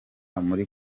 muri